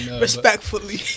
Respectfully